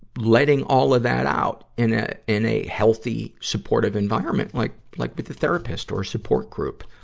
letting all of that out in a, in a healthy, supportive environment, like like with a therapist or support group,